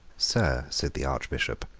sir, said the archbishop,